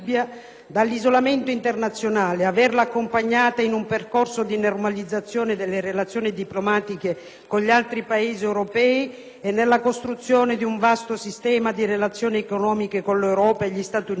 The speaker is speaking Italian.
dall'isolamento internazionale e di averla accompagnata in un percorso di normalizzazione nelle relazioni diplomatiche con gli altri Paesi europei e nella costruzione di un vasto sistema di relazioni economiche con l'Europa e gli Stati Uniti,